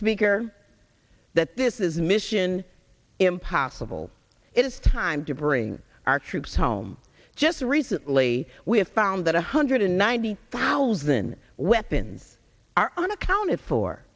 speaker that this is mission impossible it is time to bring our troops home just recently we have found that one hundred and ninety thousand weapons are unaccounted for